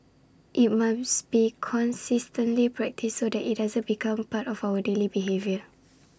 IT must be consistently practised so that IT becomes part of our daily behaviour